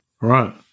right